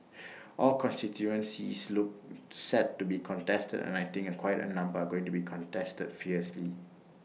all constituencies look set to be contested and I think A quite A number are going to be contested fiercely